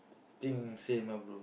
think same ah bro